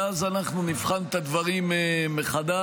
ואז אנחנו נבחן את הדברים מחדש.